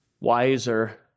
wiser